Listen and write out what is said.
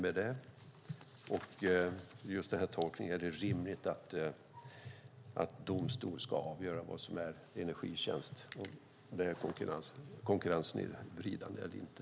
Är det rimligt att en domstol ska avgöra vad som är energitjänst och om det är konkurrenssnedvridande eller inte?